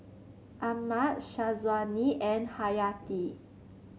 Ahmad Syazwani and Hayati